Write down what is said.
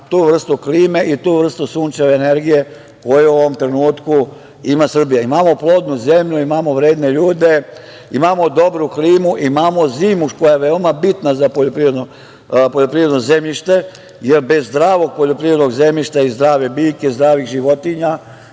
tu vrstu klime i tu vrstu sunčeve energije koju u ovom trenutku ima Srbija. Imamo plodnu zemlju, imamo vredne ljude, imamo dobru klimu, imamo zimu, koja je veoma bitna za poljoprivredno zemljište, jer bez zdravog poljoprivrednog zemljišta i zdravih biljki, zdravih životinja,